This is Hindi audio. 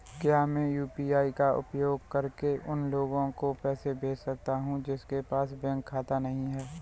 क्या मैं यू.पी.आई का उपयोग करके उन लोगों को पैसे भेज सकता हूँ जिनके पास बैंक खाता नहीं है?